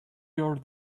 your